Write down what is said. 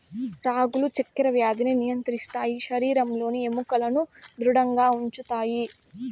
రాగులు చక్కర వ్యాధిని నియంత్రిస్తాయి శరీరంలోని ఎముకలను ధృడంగా ఉంచుతాయి